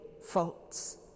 faults